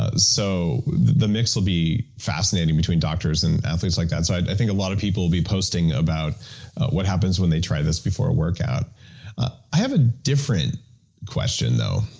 ah so the mix will be fascinating between doctors and athletes like that. so i think a lot of people will be posting about what happens when they try this before a workout i have a different question though.